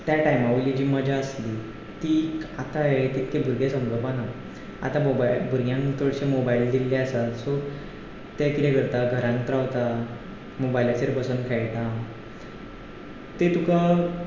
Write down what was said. त्या टायमा वयली जी मजा आसली ती आतां तितके भुरगे समजपाना आतां मोबायल भुरग्यांक चडशे मोबायल दिल्ले आसा सो ते कितें करता घरांत रावता मोबायलाचेर बसोन खेळटा ते तुका